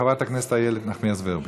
חברת הכנסת איילת נחמיאס ורבין.